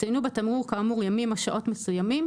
צוינו בתמרור כאמור ימים או שעות מסוימים,